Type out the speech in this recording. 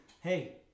Hey